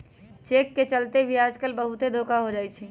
cheque के चलते भी आजकल बहुते धोखा हो जाई छई